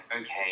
okay